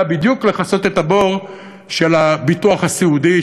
בדיוק לכסות את הבור של הביטוח הסיעודי,